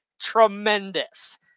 tremendous